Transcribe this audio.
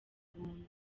ubuntu